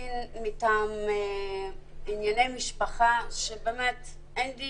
לי עורך דין מטעם ענייני משפחה שבאמת יש לי